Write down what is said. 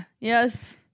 Yes